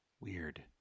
Weird